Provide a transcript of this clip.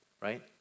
right